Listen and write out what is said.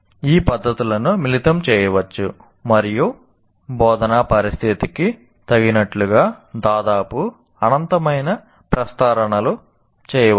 ఈ పద్ధతులను మిళితం చేయవచ్చు మరియు బోధనా పరిస్థితికి తగినట్లుగా దాదాపు అనంతమైన ప్రస్తారణలు చేయవచ్చు